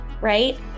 right